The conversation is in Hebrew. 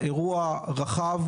אירוע רחב,